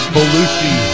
Belushi